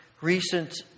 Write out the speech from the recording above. recent